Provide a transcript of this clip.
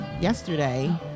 yesterday